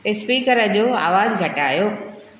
speaker जो आवाज़ु घटायो